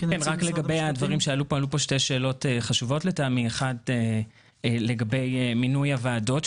עלו פה שתי שאלות חשובות לטעמי אחת לגבי מינוי הוועדות,